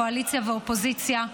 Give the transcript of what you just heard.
קואליציה ואופוזיציה,